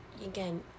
Again